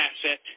asset